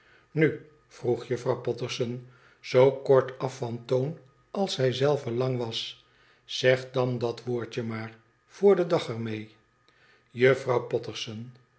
nu vroeg juffrouw potterson zoo kortaf van toon als zij zelve lang was zeg dan dat woordje maar voor den dae er mee juffrouw potterson